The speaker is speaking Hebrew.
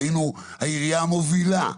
היינו העירייה המובילה,